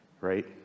Right